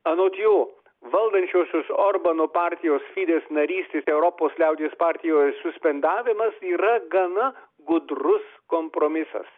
anot jų valdančiuosius orbano partijos fidez narystės europos liaudies partijos suspendavimas yra gana gudrus kompromisas